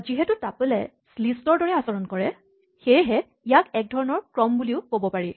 যিহেতু টাপলে লিষ্টৰ দৰে আচৰণ কৰে সেয়েহে ইয়াক একধৰণৰ ক্ৰম বুলিও ক'ব পাৰি